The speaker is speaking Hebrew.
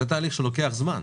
זה תהליך שלוקח זמן.